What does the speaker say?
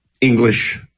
English